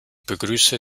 begrüße